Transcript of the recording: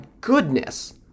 goodness